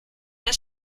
der